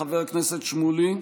חבר הכנסת שמולי?